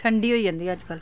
ठंडी होई जंदी अज्जकल